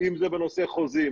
אם זה בנושא חוזים,